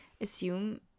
assume